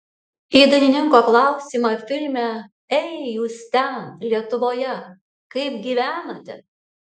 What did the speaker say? į dainininko klausimą filme ei jūs ten lietuvoje kaip gyvenate